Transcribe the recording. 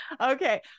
okay